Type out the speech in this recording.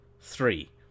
three